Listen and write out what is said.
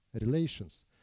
relations